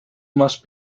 must